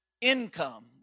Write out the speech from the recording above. income